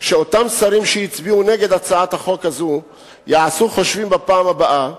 שאותם שרים שהצביעו נגד הצעת החוק הזו יעשו חושבים בפעם הבאה,